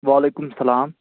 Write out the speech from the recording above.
وعلیکُم السلام